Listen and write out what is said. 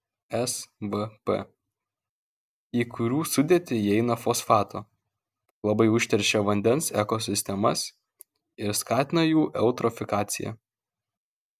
svp į kurių sudėtį įeina fosfato labai užteršia vandens ekosistemas ir skatina jų eutrofikaciją